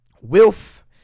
Wilf